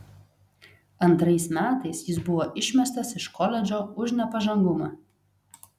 antrais metais jis buvo išmestas iš koledžo už nepažangumą